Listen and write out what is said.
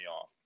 off